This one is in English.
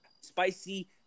Spicy